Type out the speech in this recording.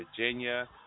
Virginia